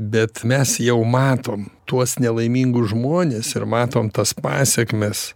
bet mes jau matom tuos nelaimingus žmones ir matom tas pasekmes